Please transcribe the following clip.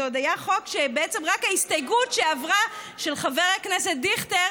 זה עוד היה חוק שבעצם רק ההסתייגות של חבר הכנסת דיכטר